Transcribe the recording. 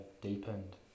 deepened